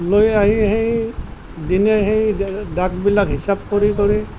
লৈ আহি সেই দিনে সেই দাগবিলাক হিচাপ কৰি কৰি